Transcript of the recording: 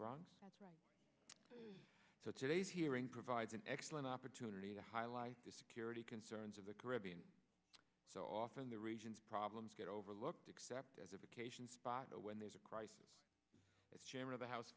bronx to today's hearing provides an excellent opportunity to highlight the security concerns of the caribbean so often the regions problems get overlooked except as a vacation spot when there's a crisis as chairman of the house